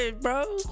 bro